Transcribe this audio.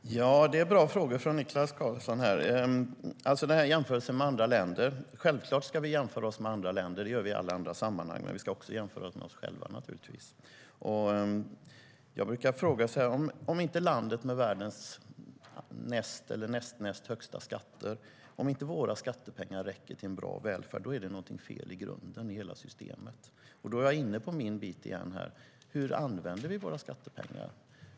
Herr talman! Det är bra frågor som Niklas Karlsson ställer. Vad gäller jämförelsen med andra länder är det självklart att vi ska jämföra oss med andra länder. Det gör vi i alla andra sammanhang, men vi ska naturligtvis också jämföra oss med oss själva. Jag brukar säga att om inte landet med världens näst eller nästnäst högsta skatter får sina skattepengar att räcka för en bra välfärd är någonting i grunden fel i systemet. Därmed är vi åter inne på det som jag tog upp: Hur använder vi våra skattepengar?